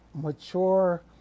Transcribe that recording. mature